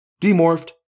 Demorphed